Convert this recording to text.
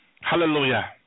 Hallelujah